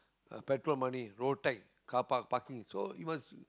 petrol money road tax car park parking so you must